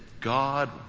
God